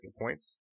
points